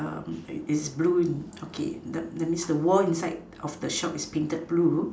is blue okay that means the wall inside of the shop is painted blue